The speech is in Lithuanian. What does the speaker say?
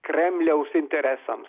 kremliaus interesams